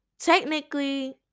technically